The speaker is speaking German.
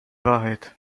wahrheit